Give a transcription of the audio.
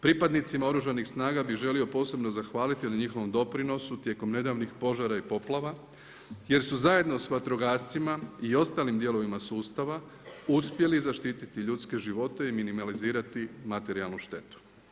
Pripadnicima Oružanih snaga bi želio posebno zahvaliti na njihovom doprinosu tijekom nedavnih požara i poplava jer su zajedno sa vatrogascima i ostalim dijelovima sustava uspjeli zaštititi ljudske živote i minimalizirati materijalnu štetu.